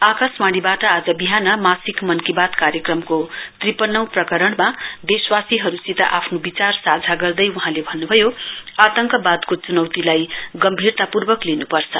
आकाशवाणीवाट आज विहान मासिक मन की बात कार्यक्रमको त्रिपन्नौ प्रकरणमा देशवासीहरुसित आफ्नो विचार साझा गर्दै वहाँले भन्न्भयो आतंकवादको च्नौतीलाई गम्भीरतापूर्वक लिनुपर्छ